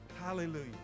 Hallelujah